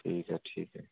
ठीक ऐ ठीक ऐ